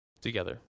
together